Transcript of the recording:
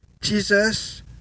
Jesus